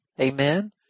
amen